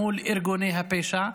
מול ארגוני הפשע,